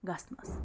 گژھنَس